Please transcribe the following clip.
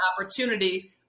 opportunity